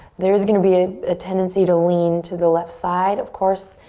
there's gonna be a ah tendency to lean to the left side, of course.